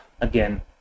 again